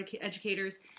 educators